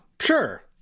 sure